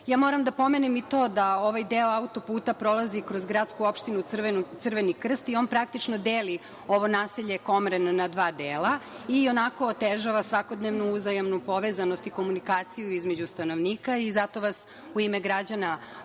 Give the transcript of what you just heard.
da napomenem i to da ovaj deo auto-puta prolazi kroz gradsku opštinu Crveni krst i on praktično deli ovo naselje Komren na dva dela i tako otežava svakodnevnu uzajamnu povezanost i komunikaciju između stanovnika. Zato vas u ime gra-đana